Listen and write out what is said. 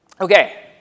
Okay